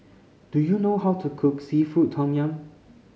do you know how to cook seafood tom yum